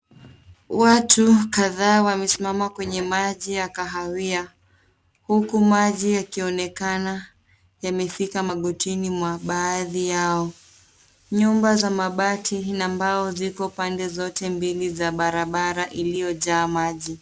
Watu kadhaa wamesimama kwenye maji ya kahawia huku maji yakionekana yamefika magotini mwa baadhi yao. Nyumba za mabati na mbao ziko pande zote mbili za barabara iliyojaa maji.